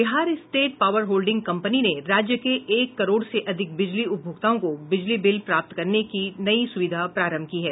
Bihar state power holding company ने राज्य के एक करोड से अधिक बिजली उपभोक्ताओं को बिजली बिल प्राप्त करने की नई सुविधा प्रारम्भ की है